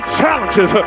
challenges